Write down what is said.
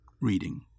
reading